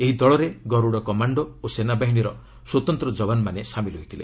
ଏହି ଦଳରେ ଗରୁଡ କମାଣ୍ଡୋ ଓ ସେନାବାହିନୀର ସ୍ୱତନ୍ତ୍ର ଜବାନମାନେ ସାମିଲ ହୋଇଥିଲେ